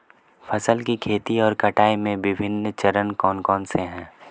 फसल की खेती और कटाई के विभिन्न चरण कौन कौनसे हैं?